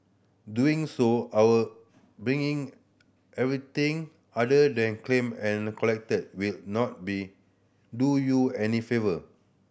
doing so or being everything other than claim and collected will not be do you any favour